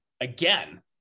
again